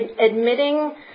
admitting